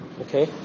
Okay